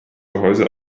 gehäuse